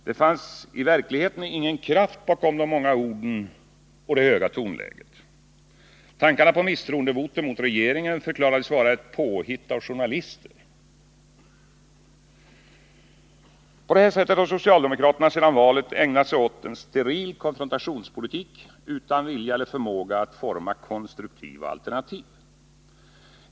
Det fanns i verkligheten ingen kraft bakom de många orden och det höga tonläget. Tankarna på misstroendevotum mot regeringen förklarades vara ett påhitt av journalister. På detta sätt har socialdemokraterna sedan valet ägnat sig åt steril konfrontationspolitik utan vilja eller förmåga att forma konstruktiva alternativ.